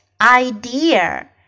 idea